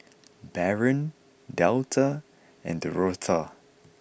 Barron Delta and Dorotha